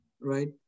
right